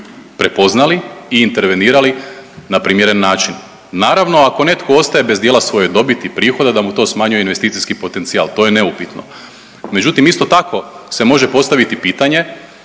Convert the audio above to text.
prepoznali i intervenirali na primjeren način. Naravno ako netko ostaje bez dijela svoje dobiti i prihoda, da mu to smanjuje investicijski potencijal, to je neupitno, međutim, isto tako se može postaviti pitanje